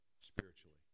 spiritually